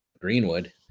Greenwood